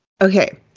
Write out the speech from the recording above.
okay